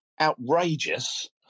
outrageous